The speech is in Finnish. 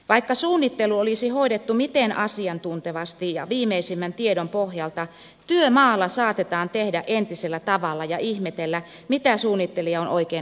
vaikka suunnittelu olisi hoidettu miten asiantuntevasti ja viimeisimmän tiedon pohjalta työmaalla saatetaan tehdä entisellä tavalla ja ihmetellä mitä suunnittelija on oikein haihatellut